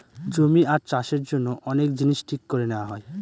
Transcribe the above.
জমি আর চাষের জন্য অনেক জিনিস ঠিক করে নেওয়া হয়